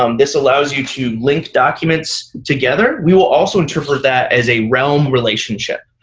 um this allows you to link documents together. we will also interpret that as a realm relationship.